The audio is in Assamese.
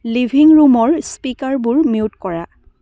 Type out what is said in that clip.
লিভিং ৰূমৰ স্পিকাৰবোৰ মিউট কৰা